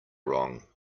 wrong